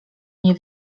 nie